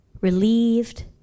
relieved